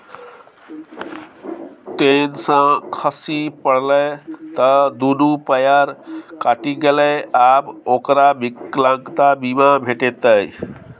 ten सँ खसि पड़लै त दुनू पयर कटि गेलै आब ओकरा विकलांगता बीमा भेटितै